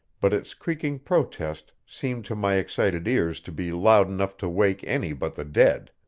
but its creaking protest seemed to my excited ears to be loud enough to wake any but the dead.